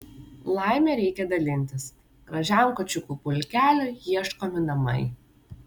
laime reikia dalintis gražiam kačiukų pulkeliui ieškomi namai